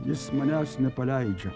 jis manęs nepaleidžia